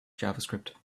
javascript